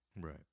Right